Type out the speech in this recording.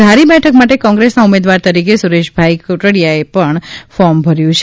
ધારી બેઠક માટે કોંગ્રેસના ઉમેદવાર તરીકે સુરેશભાઈ કોટડીયાએ ફોર્મ ભર્યું છે